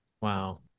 Wow